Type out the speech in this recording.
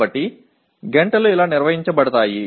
కాబట్టి గంటలు ఇలా నిర్వహించబడతాయి